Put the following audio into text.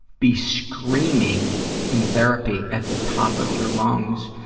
be screaming in therapy at the top of your lungs,